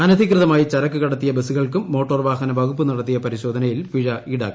അനധികൃതമായി ചരക്ക് കടത്തിയ ബസുകൾക്കും മോട്ടോർ വാഹന വകുപ്പ് നടത്തിയ പരിശോധനയിൽ പിഴ ഈടാക്കി